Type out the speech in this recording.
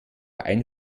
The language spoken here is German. ein